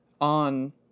on